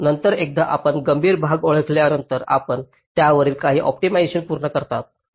नंतर एकदा आपण गंभीर भाग ओळखल्यानंतर आपण त्यावरील काही ऑप्टिमायझेशन पूर्ण करता